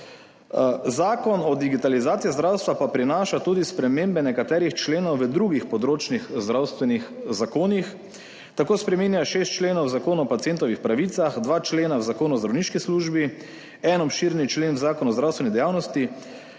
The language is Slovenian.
Zakon o digitalizaciji zdravstva pa prinaša tudi spremembe nekaterih členov v drugih področnih zdravstvenih zakonih, tako spreminja 6 členov Zakona o pacientovih pravicah, 2 člena v zakonu o zdravniški službi, en obširni člen zakona o zdravstveni dejavnosti